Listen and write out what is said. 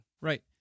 right